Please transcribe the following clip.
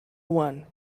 one